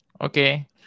Okay